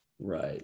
right